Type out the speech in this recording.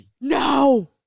No